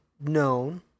known